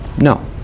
No